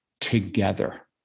together